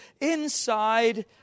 inside